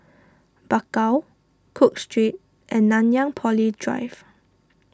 Bakau Cook Street and Nanyang Poly Drive